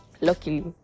luckily